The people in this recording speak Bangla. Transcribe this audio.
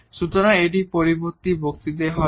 সুতরাং এটি পরবর্তী বক্তৃতায় হবে